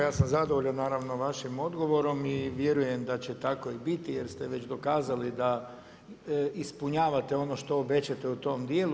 Ja sam zadovoljan, naravno vašim odgovorom i vjerujem da će tako i biti jer ste već dokazali da ispunjavate ono što obećate u tom dijelu.